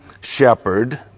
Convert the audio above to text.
shepherd